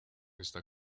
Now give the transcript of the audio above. está